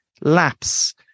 lapse